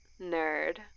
Nerd